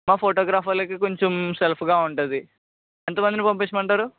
మా ఫోటోగ్రాఫర్లకి కొంచెం సెల్ఫ్గా ఉంటుంది ఎంత మందిని పంపించమంటారు